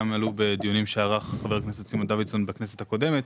גם עלו בדיונים שקיים חבר הכנסת סימון דוידסון בכנסת הקודמת,